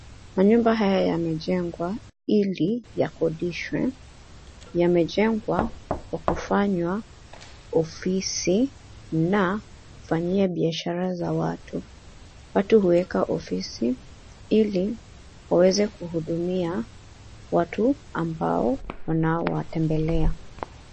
Manyumba haya yamejengwa ili yakodishwe. Yamejengwa, kwa kufanywa ofisi na kufanyia biashara za watu. Watu huweka ofisi ili waweze kuhudumia watu ambao wanaowatembelea.